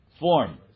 form